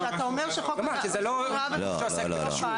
כשאתה אומר שחוק הונאה בכשרות זה לא חל,